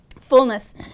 fullness